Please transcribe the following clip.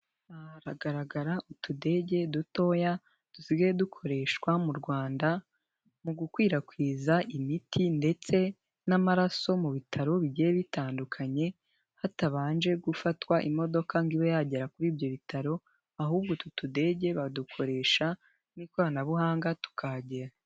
Hagaragara utudege dutoya dusigaye dukoreshwa mu Rwanda mu gukwirakwiza imiti ndetse n'amaraso mu bitaro bigiye bitandukanye hatabanje gufatwa imodoka ngo iba yagera kuri ibyo bitaro, ahubwo utu tudege badukoresha n'ikoranabuhanga tukahagera.